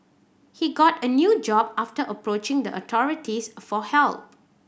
he got a new job after approaching the authorities for help